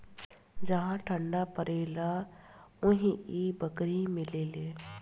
जहा ठंडा परेला उहे इ बकरी मिलेले